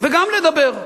וגם לדבר.